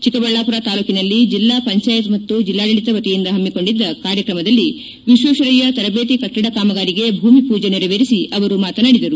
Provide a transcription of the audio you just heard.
ಚಿಕ್ಕಬಳ್ಳಾಪುರ ತಾಲೂಕನಲ್ಲಿ ಜಿಲ್ಲಾ ಪಂಚಾಯತ್ ಮತ್ತು ಜಿಲ್ಲಾಡಳಿತ ವತಿಯಿಂದ ಹಮ್ಮಿಕೊಂಡಿದ್ದ ಕಾರ್ಯಕ್ರಮದಲ್ಲಿ ವಿಶ್ವೇಶ್ವರಯ್ಯ ತರಬೇತಿ ಕಟ್ಟಡ ಕಾಮಗಾರಿಗೆ ಭೂಮಿ ಪೂಜೆ ನೆರವೇರಿಸಿ ಅವರು ಮಾತನಾಡಿದರು